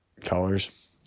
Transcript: colors